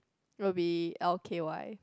will be l_k_y